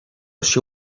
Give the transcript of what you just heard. się